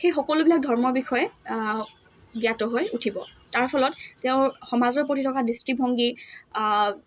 সেই সকলোবিলাক ধৰ্মৰ বিষয়ে জ্ঞাত হৈ উঠিব তাৰ ফলত তেওঁৰ সমাজৰ প্ৰতি থকা দৃষ্টিভংগী